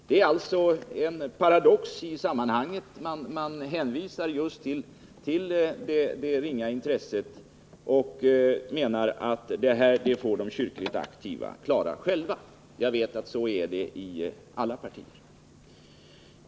Det är en paradox i sammanhanget att hänvisa till det ringa intresset och att mena att de kyrkligt aktiva får klara av detta själva, men så förhåller det sig inom alla partier.